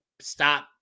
Stop